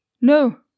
No